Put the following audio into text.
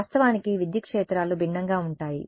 వాస్తవానికి విద్యుత్ క్షేత్రాలు భిన్నంగా ఉంటాయి